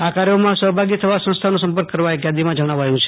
આ કાર્યોમાં સહભાગી થવા સંસ્થાનો સંપર્ક કરવા એક યાદીમાં જણાવાયુ છે